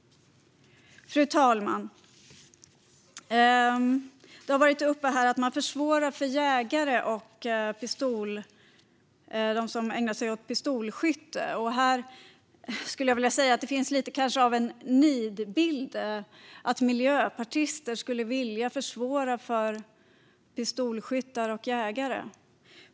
Fru talman! Det har tagits upp att man försvårar för jägare och dem som ägnar sig åt pistolskytte. Det är något av en nidbild att miljöpartister vill försvåra för jägare och pistolskyttar.